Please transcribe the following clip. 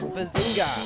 Bazinga